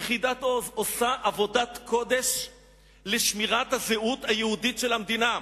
יחידת "עוז" עושה עבודת קודש לשמירת הזהות היהודית של המדינה,